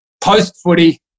post-footy